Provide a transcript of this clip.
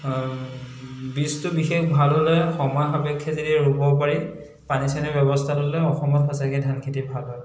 আৰু বীজটো বিশেষ ভাল হ'লে সময় সাপেক্ষে যেতিয়া ৰুব পাৰি পানী চানীৰ ব্যৱস্থাটো অসমত সঁচাকে ধান খেতি ভাল হয়